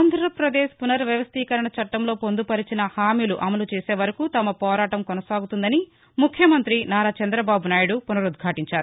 ఆంధ్రాపదేశ్ పునర్ వ్యవస్థీకరణ చట్లంలో పొందుపర్చిన హామీలు అమలు చేసేవరకు తమ పోరాటం కొనసాగుతుందని ముఖ్యమంత్రి నారా చంద్రబాబునాయుడు పునరుదాటించారు